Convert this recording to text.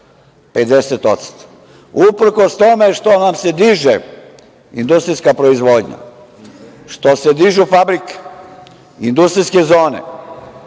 50%, uprkos tome što nam se diže industrijska proizvodnja, što se dižu fabrike, industrijske zone,